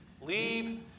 Leave